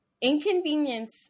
inconvenience